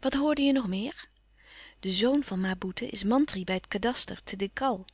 wat hoorde je nog meer de zoon van ma boeten is mantri bij het kadaster te tegal